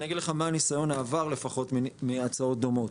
אגיד לך מה ניסיון העבר לפחות מהצעות דומות.